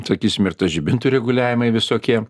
sakysime ir tas žibintų reguliavimai visokie